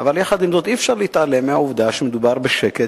אבל עם זאת אי-אפשר להתעלם מעובדה שמדובר בשקט